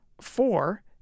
four